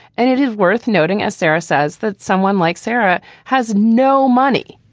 and it is worth noting, as sara says, that someone like sarah has no money.